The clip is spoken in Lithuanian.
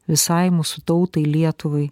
visai mūsų tautai lietuvai